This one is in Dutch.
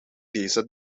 deze